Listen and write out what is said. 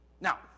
Now